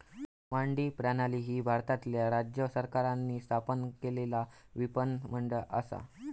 मंडी प्रणाली ही भारतातल्या राज्य सरकारांनी स्थापन केलेला विपणन मंडळ असा